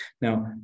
Now